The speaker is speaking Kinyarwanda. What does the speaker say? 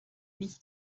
n’iki